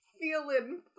Feeling